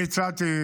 אני הצעתי,